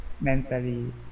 mentally